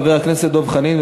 חבר הכנסת דב חנין,